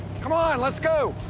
come on, let's go!